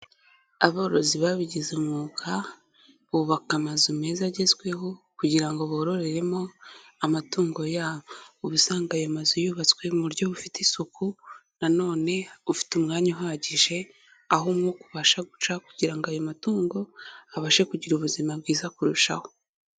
Aborozi babigize umwuga, bubaka amazu meza agezweho, kugira ngo bororeremo amatungo yabo, uba usanga ayo mazu yubatswe mu buryo bufite isuku, na none ufite umwanya uhagije, aho umwuka ubasha guca kugira ngo ayo matungo abashe kugira ubuzima bwiza kurushaho.